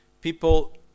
people